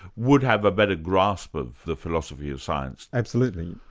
would have a better grasp of the philosophy of science? absolutely.